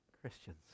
Christians